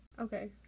Okay